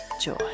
joy